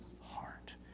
heart